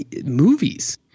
movies